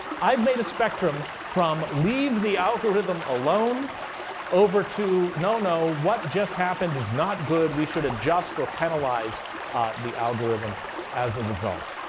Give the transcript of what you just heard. i've made a spectrum from leave the algorithm alone over to no, no. what just happened is not good. we should adjust or penalize the algorithm as a result.